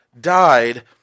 died